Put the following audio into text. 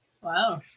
Wow